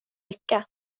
lycka